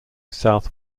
south